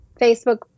Facebook